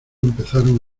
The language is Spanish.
empezaron